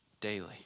daily